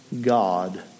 God